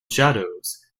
shadows